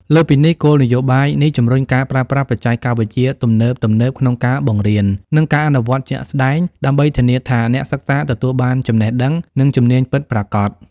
លើសពីនេះ គោលនយោបាយនេះជំរុញការប្រើប្រាស់បច្ចេកវិទ្យាទំនើបៗក្នុងការបង្រៀន និងការអនុវត្តជាក់ស្តែង ដើម្បីធានាថាអ្នកសិក្សាទទួលបានចំណេះដឹង និងជំនាញពិតប្រាកដ។